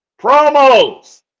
Promos